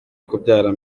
kubyara